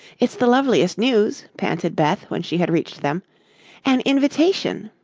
it's the loveliest news, panted beth when she had reached them an invitation.